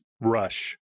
rush